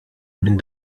minn